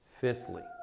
Fifthly